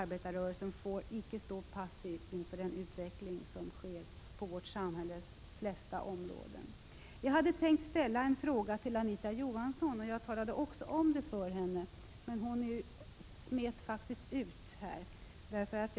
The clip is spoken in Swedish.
Arbetarrörelsen får icke stå passiv inför den utveckling som sker på vårt samhälles flesta områden. Jag hade tänkt ställa en fråga till Anita Johansson, och jag talade också om det för henne, men hon smet ändå ut.